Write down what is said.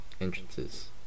Entrances